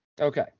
Okay